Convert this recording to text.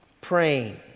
Praying